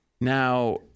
Now